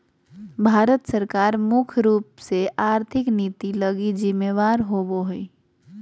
भारत सरकार मुख्य रूप से आर्थिक नीति लगी जिम्मेदर होबो हइ